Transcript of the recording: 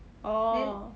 orh